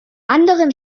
anderen